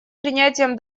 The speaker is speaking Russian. принятием